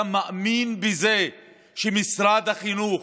אתה מאמין בזה שבמשרד החינוך